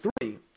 three